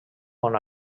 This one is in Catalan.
bon